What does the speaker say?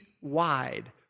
wide